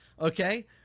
okay